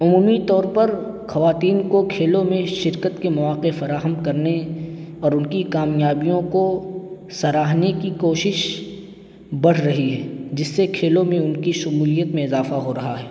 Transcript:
عمومی طور پر خواتین کو کھیلوں میں شرکت کے مواقع فراہم کرنے اور ان کی کامیابیوں کو سراہنے کی کوشش بڑھ رہی ہے جس سے کھیلوں میں ان کی شمولیت میں اضافہ ہو رہا ہے